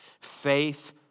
Faith